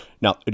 Now